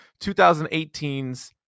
2018's